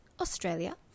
Australia